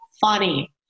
funny